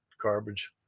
garbage